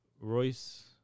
Royce